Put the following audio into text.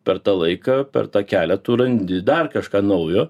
per tą laiką per tą kelią tu randi dar kažką naujo